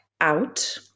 out